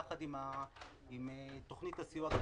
יחד עם תוכנית הסיוע הכלכלית,